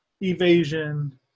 evasion